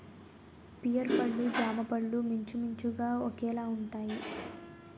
pear పళ్ళు జామపళ్ళు మించుమించుగా ఒకేలాగుంటాయి